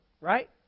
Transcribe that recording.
right